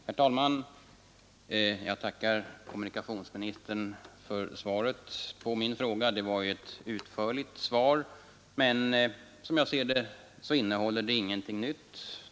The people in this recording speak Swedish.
Herr talman! Jag tackar kommunikationsministern för svaret på min fråga. Det var ju ett utförligt svar, men som jag ser det innehåller svaret ingenting nytt.